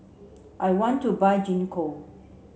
I want to buy Gingko